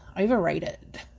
Overrated